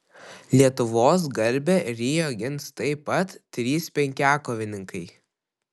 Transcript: lietuvos garbę rio gins taip pat trys penkiakovininkai